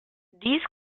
these